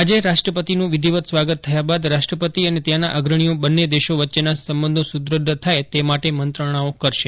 આજે રાષ્ટ્રપતિનું વિધિવત સ્વાગત થયા બાદ રાષ્ટ્રપતિ અને ત્યાંના અગ્રણીઓ બંને દેશો વચ્ચેના સંબંધો સુદ્રઢ થાય તે માટે મંત્રણાઓ કરશે